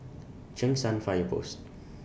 Cheng San Fire Post